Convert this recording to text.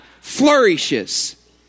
flourishes